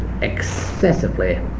excessively